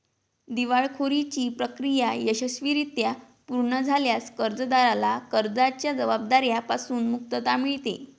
दिवाळखोरीची प्रक्रिया यशस्वीरित्या पूर्ण झाल्यास कर्जदाराला कर्जाच्या जबाबदार्या पासून मुक्तता मिळते